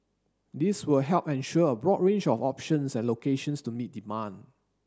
this will help ensure a broad range of options and locations to meet demand